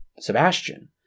Sebastian